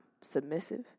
submissive